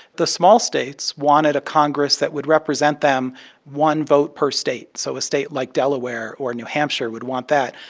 the small states wanted a congress that would represent them one vote per state. so a state like delaware or new hampshire would want that.